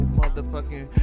motherfucking